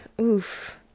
oof